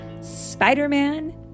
Spider-Man